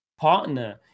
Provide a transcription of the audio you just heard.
partner